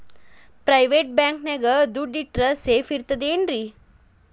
Private bank ನ್ಯಾಗ್ ದುಡ್ಡ ಇಟ್ರ ಸೇಫ್ ಇರ್ತದೇನ್ರಿ?